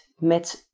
met